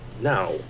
now